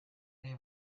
ere